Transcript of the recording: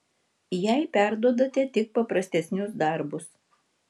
jai perduodate tik paprastesnius darbus